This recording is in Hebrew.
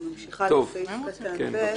אני ממשיכה בסעיף קטן (ב)